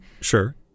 sure